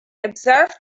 observe